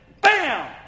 Bam